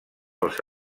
els